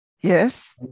yes